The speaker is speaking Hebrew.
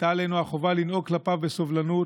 הייתה עלינו החובה לנהוג כלפיו בסובלנות,